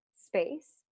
space